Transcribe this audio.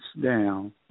down